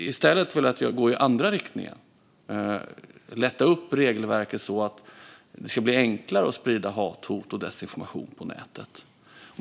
I stället har de velat gå i den andra riktningen och lätta upp regelverket så att det ska bli enklare att sprida hat, hot och desinformation på nätet.